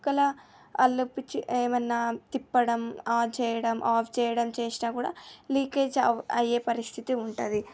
ఒకవేళ వాళ్ళొప్పిచ్చి ఏమన్నా తిప్పడం ఆ చేయడం ఆఫ్ చేయడం చేసిన కూడా లీకేజ్ అవ్ అయ్యే పరిస్థితి ఉంటుంది